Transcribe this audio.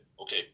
okay